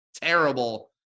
terrible